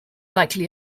likely